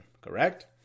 correct